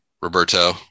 Roberto